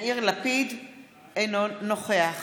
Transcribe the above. אינו נוכח